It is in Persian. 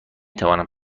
توانم